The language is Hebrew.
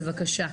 בבקשה.